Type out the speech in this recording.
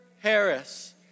Harris